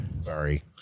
Sorry